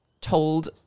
told